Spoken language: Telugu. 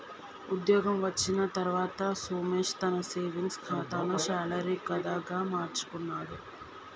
ఉద్యోగం వచ్చిన తర్వాత సోమేశ్ తన సేవింగ్స్ కాతాను శాలరీ కాదా గా మార్చుకున్నాడు